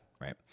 right